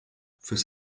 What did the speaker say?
fürs